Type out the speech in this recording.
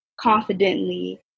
confidently